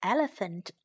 Elephant